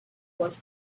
was